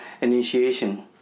initiation